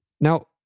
Now